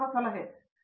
professor